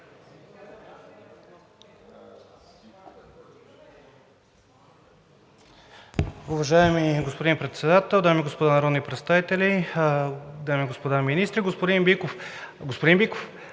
Уважаеми господин Председател, дами и господа народни представители, дами и господа министри, господин Биков! Господин Биков,